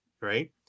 right